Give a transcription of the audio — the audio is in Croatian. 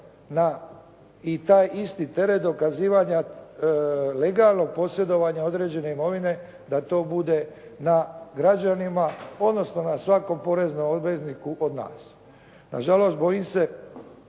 i taj isti teret dokazivanja legalnog posjedovanja određene imovine, da to bude na građanima odnosno na svakom porezniku obvezniku od nas. Nažalost, bojim se